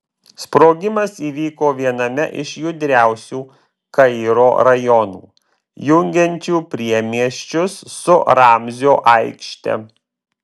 sprogimas įvyko viename iš judriausių kairo rajonų jungiančių priemiesčius su ramzio aikšte